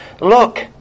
look